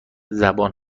زبان